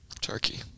Turkey